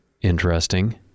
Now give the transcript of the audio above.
interesting